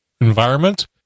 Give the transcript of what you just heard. environment